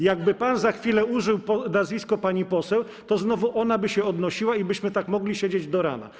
Jakby pan za chwilę użył nazwiska pani poseł, to znowu ona by się chciała odnieść i byśmy tak mogli siedzieć do rana.